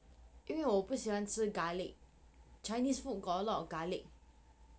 因为我不喜欢吃 garlic chinese food got a lot of garlic